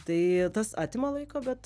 tai tas atima laiko bet